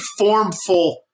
formful